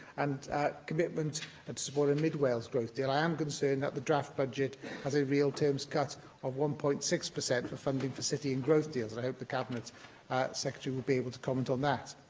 and a commitment to and support a mid wales growth deal, i am concerned that the draft budget has a real-terms cut of one point six per cent for funding for city and growth deals. and i hope the cabinet secretary will be able to comment on that.